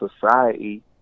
society